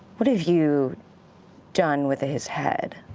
what have you done with the his head?